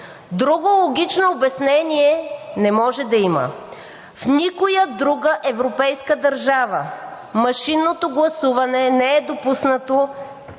Друго логично обяснение не може да има. В никоя друга европейска държава машинното гласуване не е допуснато